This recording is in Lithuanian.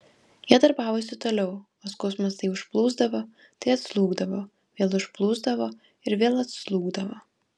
jie darbavosi toliau o skausmas tai užplūsdavo tai atslūgdavo vėl užplūsdavo ir vėl atslūgdavo